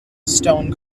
stone